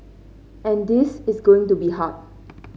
and this is going to be hard